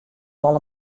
wol